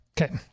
Okay